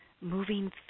moving